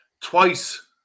Twice